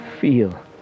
feel